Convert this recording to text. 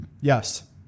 Yes